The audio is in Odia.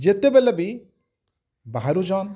ଯେତେବେଲେ ବି ବାହାରୁଛନ୍